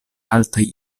altaj